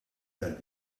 tal